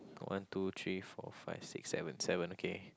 one two three four five six seven seven okay